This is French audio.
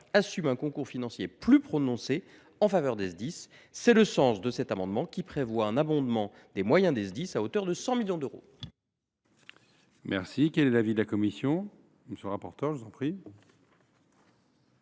assure un concours financier plus prononcé en faveur des Sdis. Tel est le sens de cet amendement, qui vise à abonder les moyens des Sdis à hauteur de 100 millions d’euros.